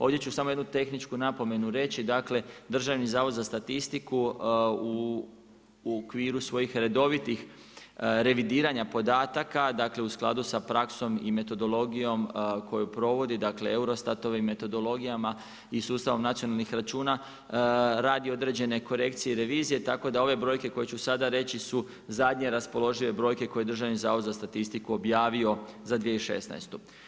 Ovdje ću samo jednu tehničku napomenu reći dakle, Državni zavod za statistiku, u okviru svojih redovitih revidiranje podataka, dakle u skladu s praksom i metodologijom koji provodi dakle, eurostatovim metodologijama i sustavom nacionalnih računa, radi određene korekcije i revizije, tako da ove brojke koje ću sada reći su zadnje raspoložive brojke koje Državni zavod za statistiku objavio za 2016.